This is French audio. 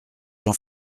jean